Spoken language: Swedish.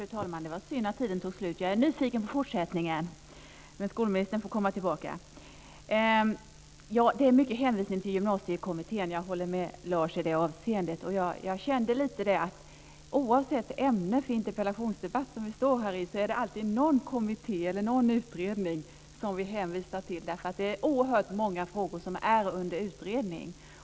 Fru talman! Det var synd att skolministerns talartid tog slut. Jag är nyfiken på fortsättningen. Men skolministern får komma tillbaka. Det hänvisas mycket till Gymnasiekommittén. Jag håller med Lars Hjertén i det avseendet. Oavsett vad ämnet för interpellationsdebatten är så känns det som om det alltid hänvisas till någon kommitté eller utredning. Det är oerhört många frågor som är under utredning.